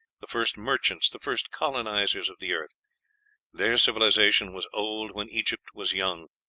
the first merchants, the first colonizers of the earth their civilization was old when egypt was young,